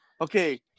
okay